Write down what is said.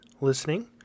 listening